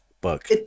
book